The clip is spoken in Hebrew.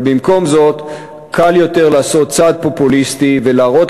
אבל במקום זאת קל יותר לעשות צעד פופוליסטי ולהראות